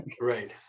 Right